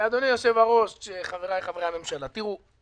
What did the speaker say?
אדוני יושב-הראש, חבריי חברי הממשלה, תראו.